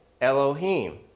Elohim